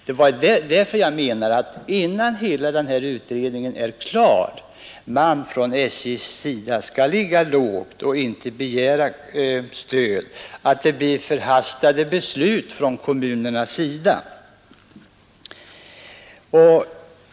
Det är därför jag menar att innan hela utredningen är klar skall SJ ligga lågt och inte begära stöd så att det blir förhastade beslut från kommunernas sida.